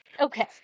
Okay